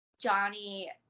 Johnny